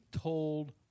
told